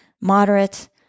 moderate